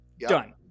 Done